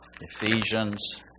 Ephesians